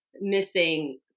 missing